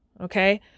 Okay